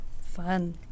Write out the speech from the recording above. Fun